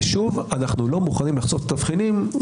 ושוב, אנו לא מוכנים לחשוף את התבחינים.